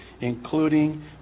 including